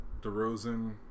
DeRozan